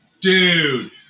Dude